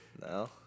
No